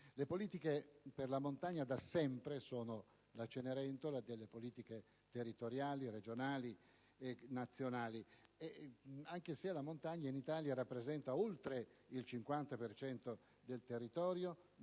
Le politiche per la montagna da sempre sono la Cenerentola delle politiche territoriali, regionali e nazionali, anche se la montagna in Italia rappresenta oltre il 50 per cento